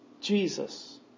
Jesus